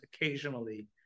occasionally